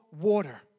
water